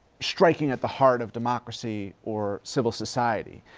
striking at the heart of democracy or civil society.